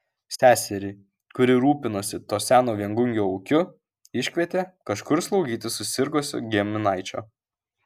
seserį kuri rūpinosi to seno viengungio ūkiu iškvietė kažkur slaugyti susirgusio giminaičio